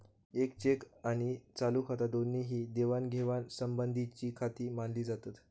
येक चेक आणि चालू खाता दोन्ही ही देवाणघेवाण संबंधीचीखाती मानली जातत